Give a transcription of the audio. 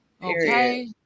okay